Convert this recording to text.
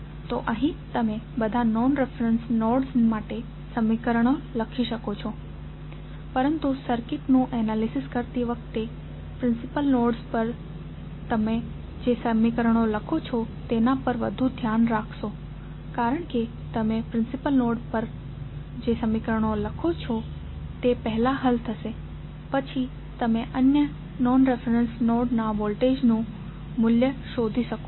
તો અહીં તમે બધા નોન રેફેરેંસ નોડ્સ માટે સમીકરણો લખી શકો છો પરંતુ સર્કિટનું એનાલિસિસ કરતી વખતે પ્રિન્સિપલ નોડ્સ માટે તમે જે સમીકરણો લખો છો તેના પર વધુ ધ્યાન રાખશો કારણ કે તમે પ્રિન્સિપલ નોડ માટે જે સમીકરણો લખો છો તે પહેલા હલ થશે પછી તમે અન્ય નોન રેફેરેંસ નોડ્સના વોલ્ટેજના મૂલ્યો શોધી શકો છો